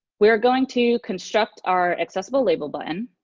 we are going to construct our accessiblelabel button